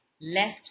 left